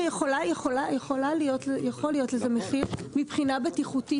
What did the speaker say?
יכול להיות לזה מחיר מבחינה בטיחותית.